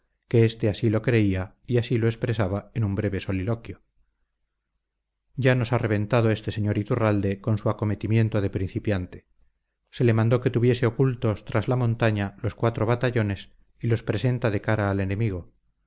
que éste así lo creía y así lo expresaba en un breve soliloquio ya nos ha reventado este sr iturralde con su acometimiento de principiante se le mandó que tuviese ocultos tras la montaña los cuatro batallones y los presenta de cara al enemigo